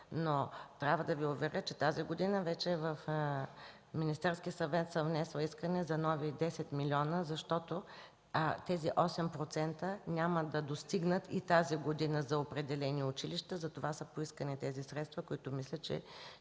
Трябва да Ви уверя, че тази година съм внесла в Министерския съвет искане за нови 10 млн. лв., защото тези 8% няма да достигнат и тази година за определени училища. Затова са поискани тези средства, които мисля, че